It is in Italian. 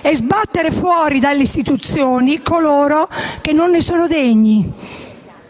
e sbattere fuori dalle istituzioni coloro che non ne sono degni.